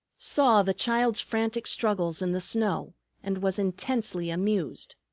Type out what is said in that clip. saw the child's frantic struggles in the snow and was intensely amused.